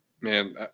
Man